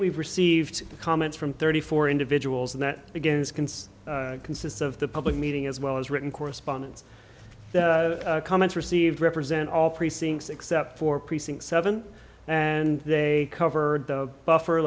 we've received comments from thirty four individuals and that begins consist consists of the public meeting as well as written correspondence comments received represent all precincts except for precinct seven and they covered the buffer